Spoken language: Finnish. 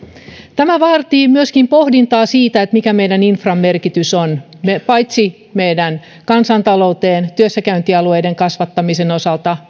tämä vaatii pohdintaa siitä mikä meidän infran merkitys on paitsi meidän kansantalouteen työssäkäyntialueiden kasvattamisen osalta